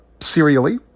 serially